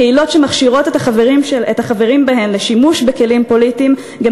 קהילות שמכשירות את החברים בהן לשימוש בכלים פוליטיים גם